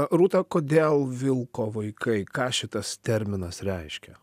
rūta kodėl vilko vaikai ką šitas terminas reiškia